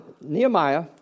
Nehemiah